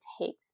take